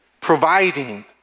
providing